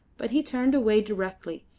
but he turned away directly,